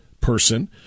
person